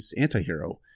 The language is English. antihero